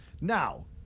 Now